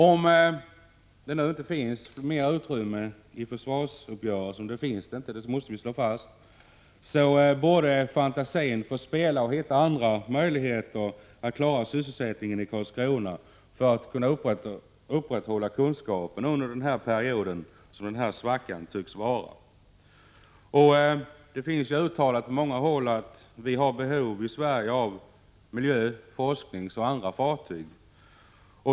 Om det nu inte finns mera utrymme i försvarsuppgörelsen — och det finns det inte, det måste vi slå fast — så borde fantasin få spela och hitta andra möjligheter att klara sysselsättningen i Karlskrona för att man skall kunna upprätthålla kunskapen under den period då svackan tycks vara. Det har ju uttalats på många håll att vi i Sverige har behov av miljö-, forskningsoch andra fartyg.